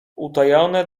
utajone